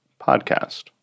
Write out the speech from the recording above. podcast